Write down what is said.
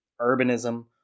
urbanism